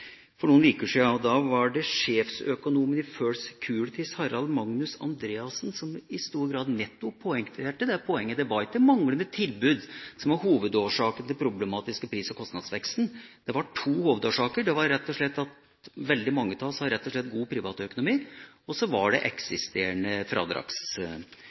for noen uker siden, og da var det sjefsøkonomen i First Securities, Harald Magnus Andreassen, som i stor grad nettopp poengterte at det er ikke manglende tilbud som er hovedårsaken til den problematiske pris- og kostnadsveksten. Det er to hovedårsaker: Det er rett og slett det at veldig mange av oss har god privatøkonomi og så er det det eksisterende fradragsregimet. Så